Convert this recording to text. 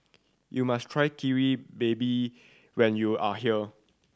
you must try Kari Babi when you are here